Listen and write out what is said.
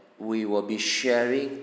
we will be sharing